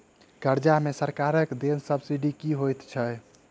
कर्जा मे सरकारक देल सब्सिडी की होइत छैक?